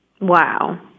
Wow